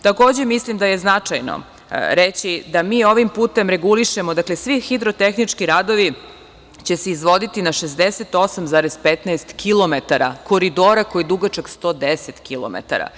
Takođe, mislim da je značajno reći da mi ovim putem regulišemo, dakle, svih hidrotehnički radovi će se izvoditi na 68,15 kilometara koridora koji je dugačak 110 kilometara.